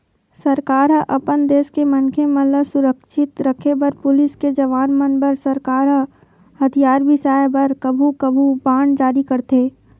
सरकार ह अपन देस के मनखे मन ल सुरक्छित रखे बर पुलिस के जवान मन बर सरकार ह हथियार बिसाय बर कभू कभू बांड जारी करथे